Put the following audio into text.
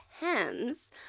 hems